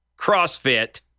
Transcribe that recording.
CrossFit